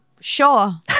Sure